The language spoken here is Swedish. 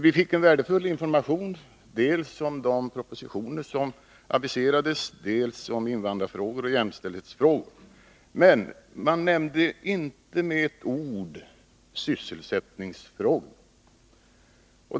Vi fick en värdefull information dels om de propositioner som aviserades, dels om invandrarfrågor och jämställdhetsfrågor. Men man nämnde inte med ett ord sysselsättningsfrågorna.